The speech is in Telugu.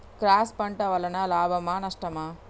క్రాస్ పంట వలన లాభమా నష్టమా?